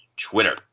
Twitter